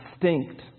distinct